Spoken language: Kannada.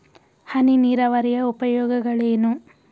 ಹನಿ ನೀರಾವರಿಯ ಉಪಯೋಗಗಳೇನು?